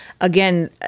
Again